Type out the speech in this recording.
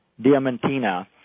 Diamantina